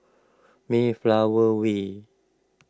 Mayflower Way